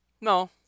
No